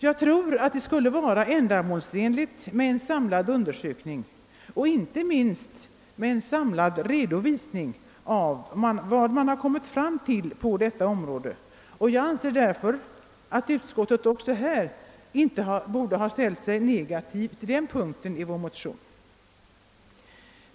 Jag tror att det skulle vara ändamålsenligt med en samlad undersökning och inte minst med en samlad redovisning av vad man kommit fram till på detta område. Utskottet borde enligt min mening inte heller ha ställt sig negativt till den punkten i våra motioner.